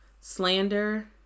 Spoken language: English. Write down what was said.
slander